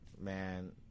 man